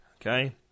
Okay